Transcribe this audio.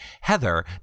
Heather